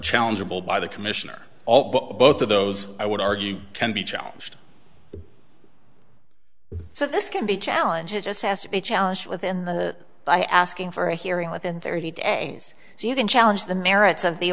challengeable by the commission or both of those i would argue can be challenged so this can be challenge it just has to be challenged within the by asking for a hearing within thirty days so you can challenge the merits of the